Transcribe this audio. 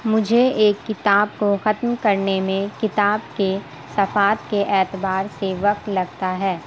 مجھے ایک کتاب کو ختم کرنے میں کتاب کے صفحات کے اعتبار سے وقت لگتا ہے